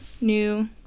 new